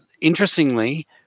interestingly